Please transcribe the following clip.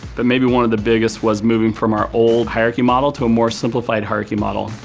but maybe one of the biggest was moving from our old hierarchy model to a more simplified hierarchy model.